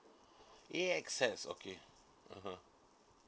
A_X_S okay (uh huh)